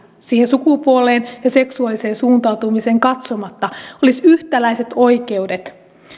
siihen sukupuoleen ja seksuaaliseen suuntaantumiseen katsomatta olisi yhtäläiset oikeudet